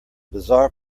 bizarre